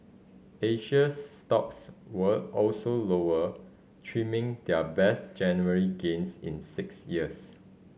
Asians stocks were also lower trimming their best January gains in six years